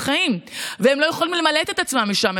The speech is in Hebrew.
חיים והם לא יכולים למלט את עצמם משם,